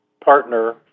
partner